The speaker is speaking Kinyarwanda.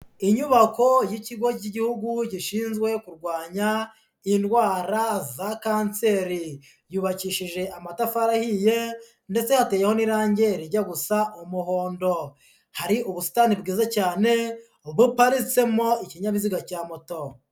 Inyubako y'ikigo cy'igihugu gishinzwe kurwanya indwara za kanseri, yubakishije amatafari ahiye ndetse hateyeho n'irange rijya gusa umuhondo, hari ubusitani bwiza cyane buparitsemo ikinyabiziga cya moto.